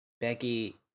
Becky